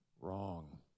wrong